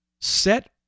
Set